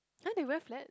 !huh! they wear flat